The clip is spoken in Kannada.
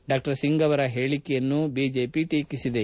ಡಾ ಸಿಂಗ್ ಅವರ ಹೇಳಿಕೆಯನ್ನು ಬಿಜೆಪಿ ಟೀಕಿಸಿದೆ